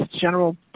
general